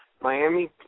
Miami